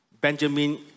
Benjamin